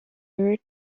heard